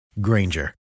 Granger